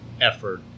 effort